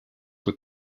with